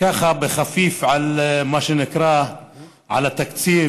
ככה בחפיף, על מה שנקרא התקציב,